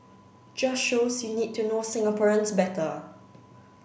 just shows you need to know Singaporeans better